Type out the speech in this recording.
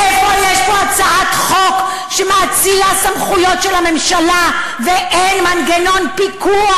איפה יש פה הצעת חוק שמאצילה סמכויות של הממשלה ואין מנגנון פיקוח?